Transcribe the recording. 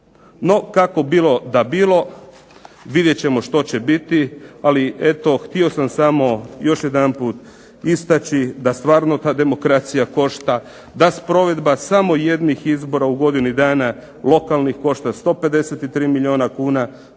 NO kako bilo da bilo, vidjet ćemo što će biti, ali eto htio sam samo jedanput istaći da stvarno ta demokracija košta, da sprovedba samo jednih izbora u godini dana lokalnih košta 153 milijuna kuna,